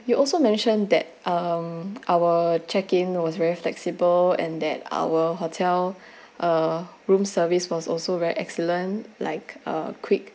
you also mention that um our check in was very flexible and that our hotel uh room service was also very excellent like uh quick